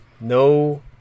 no